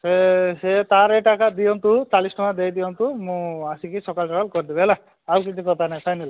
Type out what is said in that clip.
ସେ ସେ ତା ରେଟ ଏକା ଦିଅନ୍ତୁ ଚାଳିଶ ଟଙ୍କା ଦେଇଦିଅନ୍ତୁ ମୁଁ ଆସିକି ସକାଳୁ ସକାଳୁ କରିଦେବି ହେଲା ଆଉ କିଛି କଥା ନାହିଁ ଫାଇନାଲ